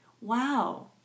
Wow